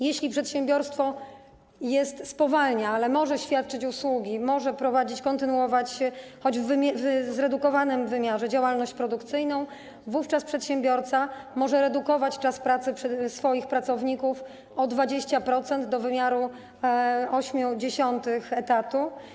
Jeśli przedsiębiorstwo spowalnia, ale może świadczyć usługi, może prowadzić, kontynuować, choć w zredukowanym wymiarze, działalność produkcyjną, wówczas przedsiębiorca może redukować czas pracy swoich pracowników o 20%, do wymiaru 0,8 etatu.